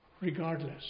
regardless